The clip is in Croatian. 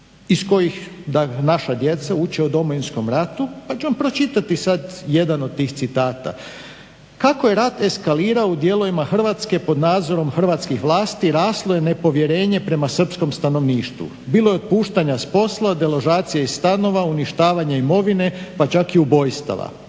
iz kojih naša djeca uče o Domovinskom ratu, pa ću vam pročitati jedan od tih citata. „Kako je rat eskalirao u dijelovima Hrvatske pod nadzorom hrvatskih vlasti raslo je nepovjerenje prema srpskom stanovništvu, bilo je otpuštanja s posla, deložacije iz stanova, uništavanje imovine pa čak i ubojstava.